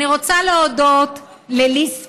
אני רוצה להודות לליז ספדיה.